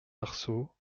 arceaux